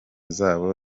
zabo